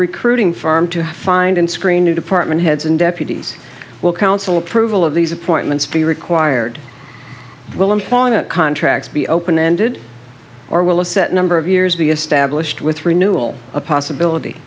recruiting firm to find and screen new department heads and deputies will council approval of these appointments be required will i'm following a contract be open ended or will a set number of years be established with renewal a possibility